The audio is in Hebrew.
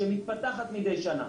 שמתפתחת מידי שנה.